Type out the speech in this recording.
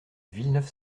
villeneuve